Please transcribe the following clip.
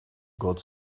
got